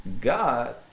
God